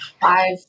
Five